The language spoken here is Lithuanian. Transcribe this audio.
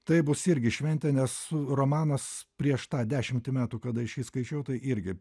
tai bus irgi šventė nes romanas prieš tą dešimtį metų kada aš jį skaičiau tai irgi